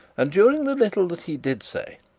and during the little that he did say,